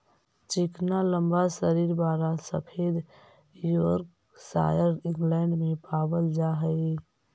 चिकना लम्बा शरीर वाला सफेद योर्कशायर इंग्लैण्ड में पावल जा हई